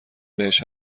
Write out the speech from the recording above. بهش